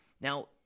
Now